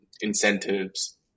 incentives